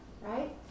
right